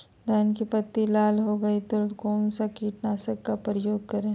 धान की पत्ती लाल हो गए तो कौन सा कीटनाशक का प्रयोग करें?